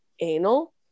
anal